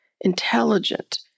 intelligent